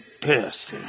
test